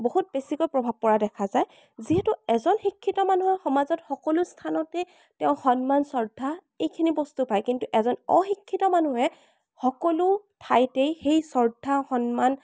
বহুত বেছিকৈ প্ৰভাৱ পৰা দেখা যায় যিহেতু এজন শিক্ষিত মানুহে সমাজত সকলো স্থানতে তেওঁ সন্মান শ্ৰদ্ধা এইখিনি বস্তু পায় কিন্তু এজন অশিক্ষিত মানুহে সকলো ঠাইতে সেই শ্ৰদ্ধা সন্মান